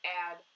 add